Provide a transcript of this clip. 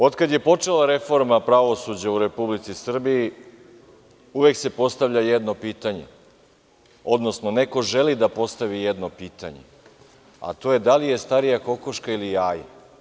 Od kada je počela reforma pravosuđa u Republici Srbiji, uvek se postavlja jedno pitanje, odnosno neko želi da postavi jedno pitanje, a to je da li je starije kokoška ili jaje.